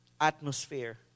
atmosphere